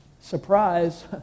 Surprise